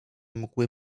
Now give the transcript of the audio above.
mgły